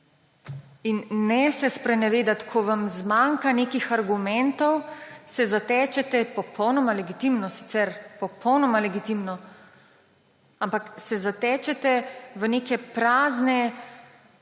Ne se sprenevedati. Ko vam zmanjka nekih argumentov se zatečete – popolnoma legitimno sicer, popolnoma legitimno – v neke prazne